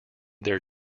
their